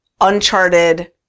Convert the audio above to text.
uncharted